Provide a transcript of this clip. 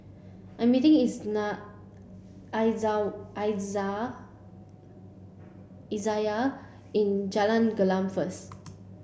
I'm meeting Izayah in Jalan Gelam first